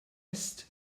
east